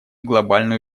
глобальную